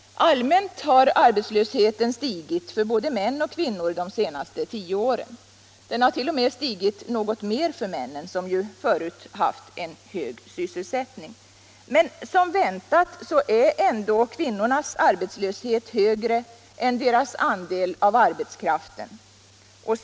Allmänt har arbetslösheten stigit för både män och kvinnor de senaste tio åren. Den har t.o.m. stigit något mer för männen, som ju förut haft en hög sysselsättning. Men som väntat är ändå kvinnornas arbetslöshet högre än deras andel av arbetskraften.